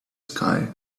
sky